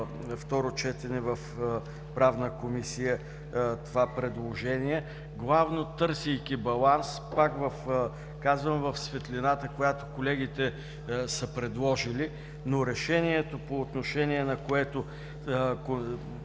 на второ четене в Правна комисия това предложение, главно търсейки баланс, пак казвам, в светлината, която колегите са предложили, но решението по отношение на което